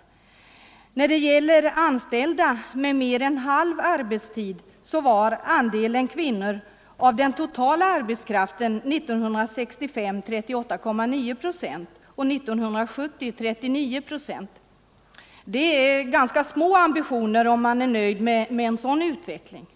mellan män och När det gäller anställda med mer än halv arbetstid var andelen kvinnor = kvinnor, m.m. av den totala arbetskraften 38,9 procent år 1965 och 39 procent år 1970. Man har ganska små ambitioner om man är nöjd med en sådan utveckling.